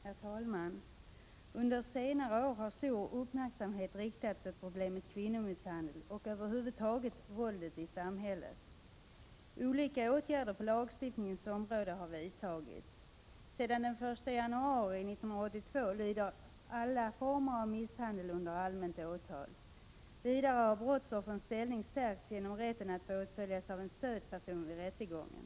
Herr talman! Under senare år har stor uppmärksamhet riktats mot problemet kvinnomisshandel och över huvud taget våldet i samhället. Olika åtgärder på lagstiftningens område har vidtagits. Sedan den 1 januari 1982 lyder alla former av misshandel under allmänt åtal. Vidare har brottsoffrens ställning stärkts genom rätten att få åtföljas av en stödperson vid rättegången.